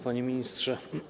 Panie Ministrze!